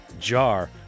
Jar